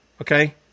okay